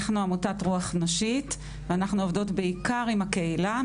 אנחנו עמותת רוח נשית ואנחנו עובדות בעיקר עם הקהילה,